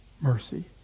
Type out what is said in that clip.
mercy